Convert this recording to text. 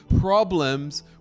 problems